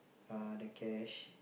uh the cash